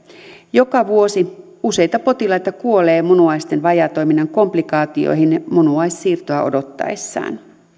joka vuosi useita potilaita kuolee munuaisten vajaatoiminnan komplikaatioihin munuaissiirtoa odottaessaan